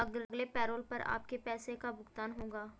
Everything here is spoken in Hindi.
अगले पैरोल पर आपके पैसे का भुगतान होगा